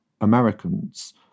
Americans